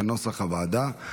כנוסח הוועדה.